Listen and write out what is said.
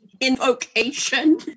invocation